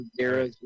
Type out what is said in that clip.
zero